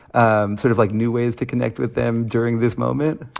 um sort of, like, new ways to connect with them during this moment?